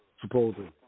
supposedly